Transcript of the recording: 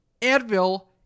advil